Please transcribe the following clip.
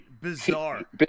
bizarre